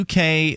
UK